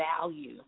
value